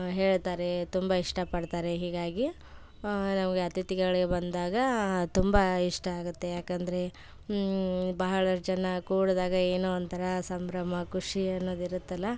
ಹೇಳ್ತಾರೆ ತುಂಬ ಇಷ್ಟಪಡ್ತಾರೆ ಹೀಗಾಗಿ ನಮಗೆ ಅತಿಥಿಗಳು ಬಂದಾಗ ತುಂಬ ಇಷ್ಟ ಆಗುತ್ತೆ ಏಕಂದ್ರೆ ಬಹ್ಳಷ್ಟು ಜನ ಕೂಡಿದಾಗ ಏನೋ ಒಂಥರ ಸಂಭ್ರಮ ಖುಷಿ ಅನ್ನೋದು ಇರುತ್ತಲ್ವ